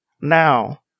Now